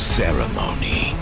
ceremony